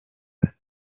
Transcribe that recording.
but